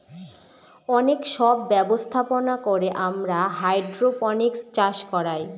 অনেক সব ব্যবস্থাপনা করে আমরা হাইড্রোপনিক্স চাষ করায়